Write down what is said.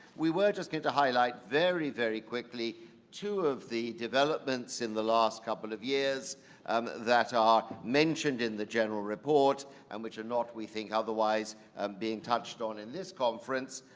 we were just going to highlight very, very quickly two of the developments in the last couple of years um that are mentioned in the general report and which are not, we think, otherwise um being touched on in this conference.